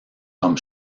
comme